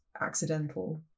accidental